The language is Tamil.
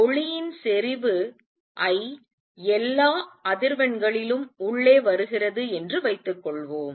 ஒளியின் செறிவு I எல்லா அதிர்வெண்களிலும் உள்ளே வருகிறது என்று வைத்துக்கொள்வோம்